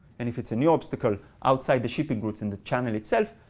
and if it's a new obstacle outside the shipping routes in the channel itself,